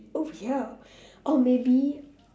oh ya or maybe